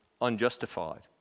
unjustified